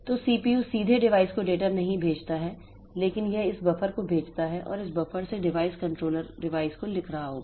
तो सीपीयू सीधे डिवाइस को डेटा नहीं भेजता है लेकिन यह इस बफर को भेजता है और इस बफर से डिवाइस कंट्रोलर डिवाइस को लिख रहा होगा